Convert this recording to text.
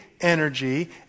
energy